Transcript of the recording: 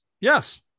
Yes